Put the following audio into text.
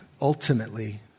ultimately